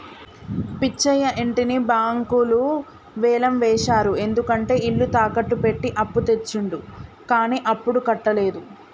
పిచ్చయ్య ఇంటిని బ్యాంకులు వేలం వేశారు ఎందుకంటే ఇల్లు తాకట్టు పెట్టి అప్పు తెచ్చిండు కానీ అప్పుడు కట్టలేదు